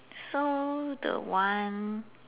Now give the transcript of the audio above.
so the one